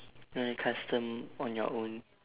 ya like custom on your own